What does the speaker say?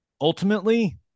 ultimately